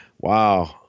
Wow